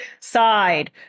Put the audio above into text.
side